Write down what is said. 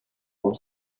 por